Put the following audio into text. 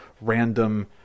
random